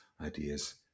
ideas